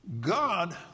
God